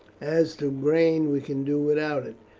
as to grain we can do without it,